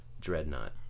dreadnought